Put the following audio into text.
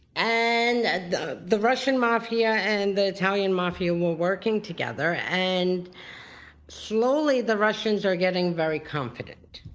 and ah the the russian mafia and the italian mafia were working together, and slowly the russians are getting very confident.